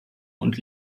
und